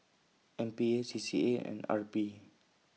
M P A C C A and R P